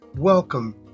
Welcome